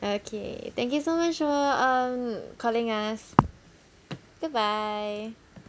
okay thank you so much for um calling us goodbye